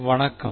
வணக்கம்